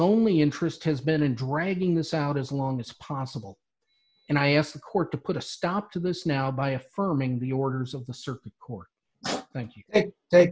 only interest has been in dragging this out as long as possible and i asked the court to put a stop to this now by affirming the orders of the circuit court thank you th